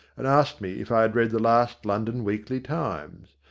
and asked me if i had read the last london weekly times.